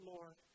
Lord